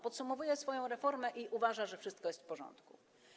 Podsumowuje swoją reformę i uważa, że wszystko jest w porządku.